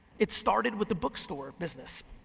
it started with the book store business.